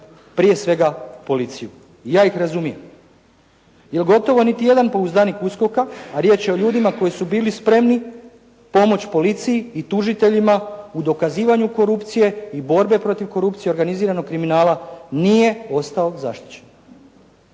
prije svega policiju i ja ih razumijem. Jer gotovo ni jedan pouzdanik USKOK-a, a riječ je o ljudima koji su bili spremni pomoći policiji i tužiteljima u dokazivanju korupcije i borbe protiv korupcije, organiziranog kriminala nije ostao zaštićen.